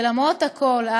ולמרות הכול,